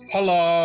Hello